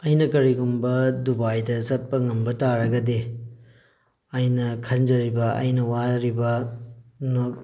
ꯑꯩꯅ ꯀꯔꯤꯒꯨꯝꯕ ꯗꯨꯕꯥꯏꯗ ꯆꯠꯄ ꯉꯝꯕ ꯇꯥꯔꯒꯗꯤ ꯑꯩꯅ ꯈꯟꯖꯔꯤꯕ ꯑꯩꯅ ꯋꯥꯔꯤꯕ